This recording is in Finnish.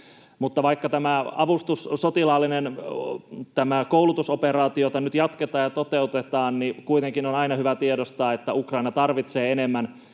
vaikka tätä sotilaallista avustus-, koulutusoperaatiota nyt jatketaan ja toteutetaan, niin kuitenkin on aina hyvä tiedostaa, että Ukraina tarvitsee enemmän